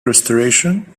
restoration